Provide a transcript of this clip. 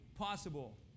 possible